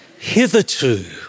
hitherto